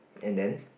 and then